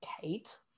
Kate